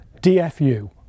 DFU